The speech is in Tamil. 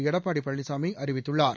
எடப்பாடிபழனிசாமிஅறிவித்துள்ளார்